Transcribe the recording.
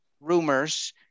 rumors